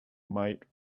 might